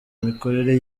mikorere